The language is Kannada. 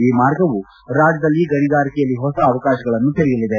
ಈ ಮಾರ್ಗವು ರಾಜ್ಯದಲ್ಲಿ ಗಣಿಗಾರಿಕೆಯಲ್ಲಿ ಹೊಸ ಅವಕಾಶಗಳನ್ನು ತೆರೆಯಲಿದೆ